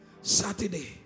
Saturday